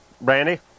Brandy